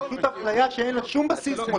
זאת פשוט אפליה שאין לה שום בסיס.